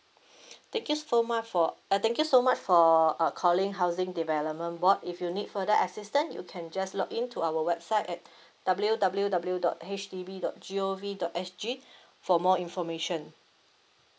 thank you so much for uh thank you so much for uh calling housing development board if you need further assistance you can just login to our website at W W W dot H D B dot G O V dot S G for more information